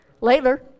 later